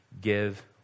give